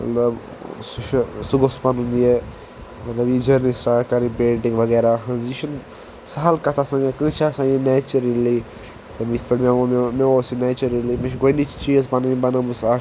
مطلب سُہ چھُ سُہ گوٚژھ پَنُن یہِ مطلب یہِ جٔرنی سِٹاٹ کَرٕنۍ پینٛٹِنٛگ وغیرہ ہٕنٛز یہِ چھِنہٕ سہل کَتھ آسان یا کٲنٛسہِ چھِ آسان یہِ نیچرٔلی تہٕ یِتھ پٲٹھۍ مےٚ ووٚن مےٚ اوس یہِ نیچرٔلی مےٚ چھِ گۄڈنِچ چیٖز پَنٕںۍ بَنٲومٕژ اَکھ ڈال ٲسۍ